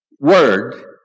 Word